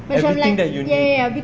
everything that you need